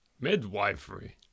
Midwifery